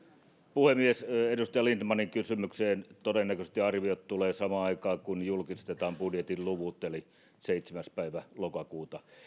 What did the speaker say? puhemies edustaja lindtmanin kysymykseen todennäköisesti arviot tulevat samaan aikaan kuin julkistetaan budjetin luvut eli seitsemäs päivä lokakuuta